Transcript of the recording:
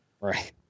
Right